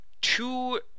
two